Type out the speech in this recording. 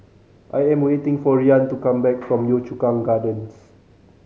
I am waiting for Rian to come back from Yio Chu Kang Gardens